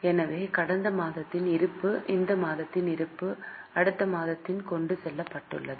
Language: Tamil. எனவே கடந்த மாதத்தின் இருப்பு இந்த மாதத்தின் இருப்பு அடுத்த மாதத்திற்கு கொண்டு செல்லப்பட உள்ளது